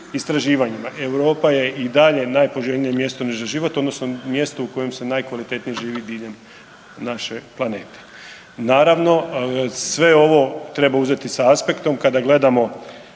istraživanjima Europa je i dalje najpoželjnije mjesto za život odnosno mjesto u kojem se najkvalitetnije živi diljem naše planete. Naravno, sve ovo treba uzeti s aspektom kada gledamo